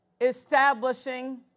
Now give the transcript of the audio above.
establishing